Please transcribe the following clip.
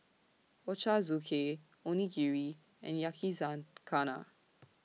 Ochazuke Onigiri and Yakizakana